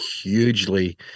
hugely